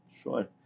Sure